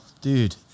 dude